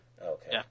Okay